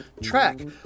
track